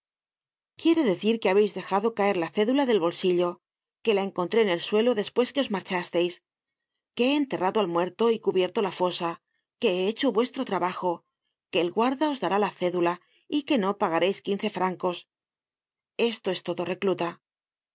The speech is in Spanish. quiere decir que habeis dejado caer la cédula del bolsillo que la encontré en el suelo despues que os marchásteis que he enterrado al los ataudes franceses suelen ser un cajon no tienen la forma característica de los nuestros tomo i i content from google book search generated at la fosa que he hecho vuestro trabajo que el guarda os dará la cédula y que no pagareis quince francos esto es todo recluta